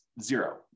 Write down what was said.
zero